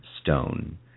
stone